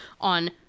on